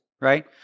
right